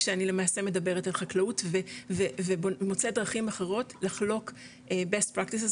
כשאני למעשה מדברת על חקלאות ומוצאת דרכים אחרות לחלוק best practices,